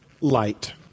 Light